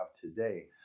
today